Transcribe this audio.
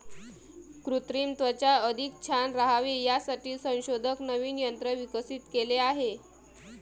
कृत्रिम त्वचा अधिक छान राहावी यासाठी संशोधक नवीन तंत्र विकसित केले आहे